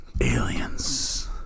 aliens